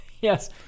yes